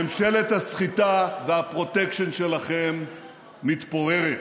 ממשלת הסחיטה והפרוטקשן שלכם מתפוררת.